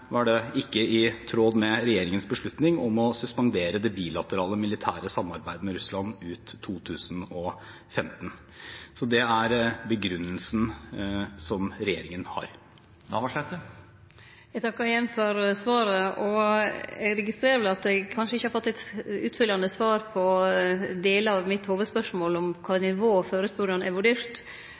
var det ikke i tråd med regjeringens beslutning om å suspendere det bilaterale militære samarbeidet med Russland ut 2015. Så det er regjeringens begrunnelse. Eg takkar igjen for svaret, og eg registrerer at eg kanskje ikkje har fått eit utfyllande svar på delar av mitt hovudspørsmål om på kva nivå